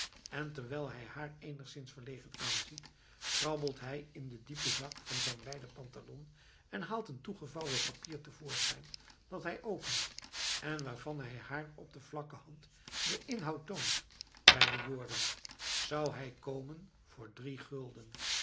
en terwijl hij haar eenigszins verlegen aanziet grabbelt hij in den diepen zak van zijn wijde pantalon en haalt een toegevouwen papier te voorschijn dat hij opent en waarvan hij haar op de vlakke hand den inhoud toont bij de woorden zou hij komen voor drie gulden